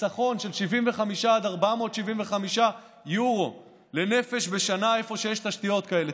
חיסכון של 75 עד 475 אירו לנפש בשנה איפה שיש תשתיות כאלה.